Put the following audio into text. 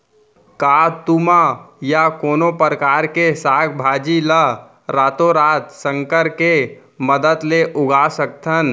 का तुमा या कोनो परकार के साग भाजी ला रातोरात संकर के मदद ले उगा सकथन?